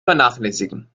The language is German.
vernachlässigen